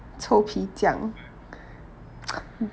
臭皮匠